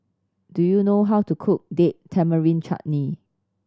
do you know how to cook Date Tamarind Chutney